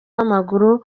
w’amaguru